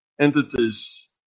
entities